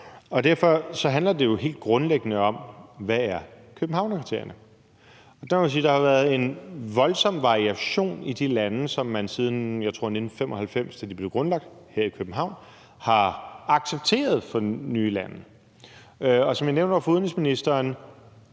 Derfor handler det jo helt grundlæggende om, hvad Københavnskriterierne er, og der må jeg sige, at der været en voldsom variation, i forhold til hvad man siden 1995, tror jeg, da de blev grundlagt her i København, har accepteret fra nye lande. Som jeg nævnte over for udenrigsministeren,